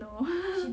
no